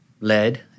lead